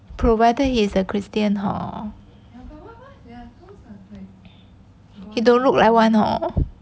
provided he is a christian hor ya he don't look like one hor